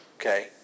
Okay